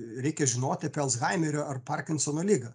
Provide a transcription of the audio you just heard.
reikia žinoti alzhaimerio ar parkinsono ligą